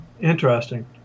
Interesting